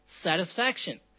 Satisfaction